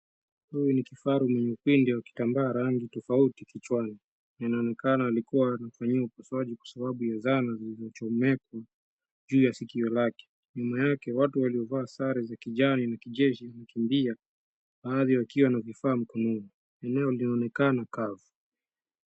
Huu ni kifaru mwenye upinde wa kitamba rangi tofauti kichwani. Inaonekana alikua anafanyiwa upasuaji kwa sababu ya zana zilizochomekwa juu ya sikio lake. Nyuma yake, watu waliovaa sare za kijani na kijeshi wanakimbia, baadhi wakiwa na vifaa mkononi. Eneo linaonekana kavu.